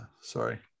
sorry